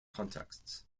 contexts